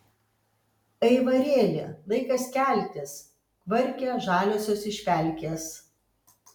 aivarėli laikas keltis kvarkia žaliosios iš pelkės